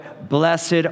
Blessed